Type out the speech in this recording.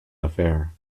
affair